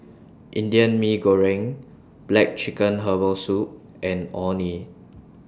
Indian Mee Goreng Black Chicken Herbal Soup and Orh Nee